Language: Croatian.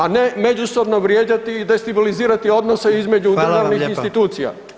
A ne međusobno vrijeđati i destabilizirati odnose između državnih institucija.